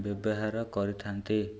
ବ୍ୟବହାର କରିଥାନ୍ତି